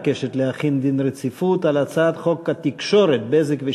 הכנסת החילה דין רציפות גם על הצעת חוק הגנת הפרטיות (תיקון